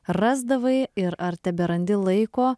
rasdavai ir ar teberandi laiko